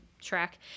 track